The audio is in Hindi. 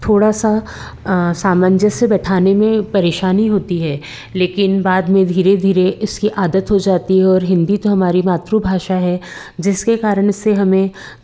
थोड़ा सा सामंजस्य बैठाने में परेशानी होती है लेकिन बाद में धीरे धीरे इसकी आदत हो जाती है और हिंदी तो हमारी मातृभाषा है जिसके कारन से हमें